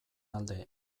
alde